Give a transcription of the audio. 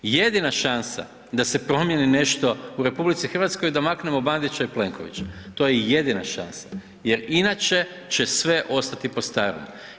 Jedina šansa da se promijeni nešto u RH da maknemo Bandića i Plenkovića, to je jedina šansa jer inače će sve ostati po starom.